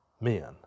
men